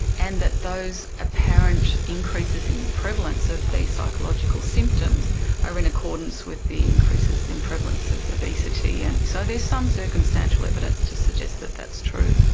and that those apparent increases in prevalence of these psychological symptoms are in accordance with the increases in prevalence of obesity. and so there's some circumstantial evidence to suggest that that's true.